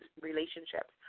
relationships